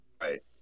right